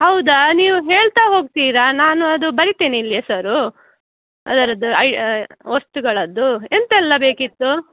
ಹೌದಾ ನೀವು ಹೇಳ್ತಾ ಹೋಗ್ತೀರಾ ನಾನು ಅದು ಬರಿತೇನೆ ಇಲ್ಲಿ ಹೆಸರು ಅದರದ್ದು ಐ ವಸ್ತುಗಳದ್ದು ಎಂತ ಎಲ್ಲ ಬೇಕಿತ್ತು